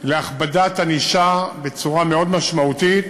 להכבדת ענישה בצורה מאוד משמעותית,